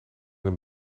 een